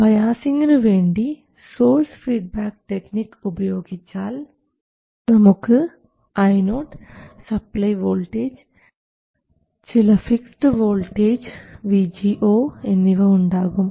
ബയാസിങ്ങിനു വേണ്ടി source feedback technique ഉപയോഗിച്ചാൽ നമുക്ക് IO സപ്ലൈ വോൾട്ടേജ് ചില ഫിക്സഡ് വോൾട്ടേജ് VGO എന്നിവ ഉണ്ടാകും